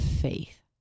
faith